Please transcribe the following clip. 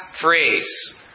phrase